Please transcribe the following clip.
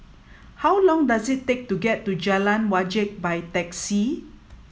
how long does it take to get to Jalan Wajek by taxi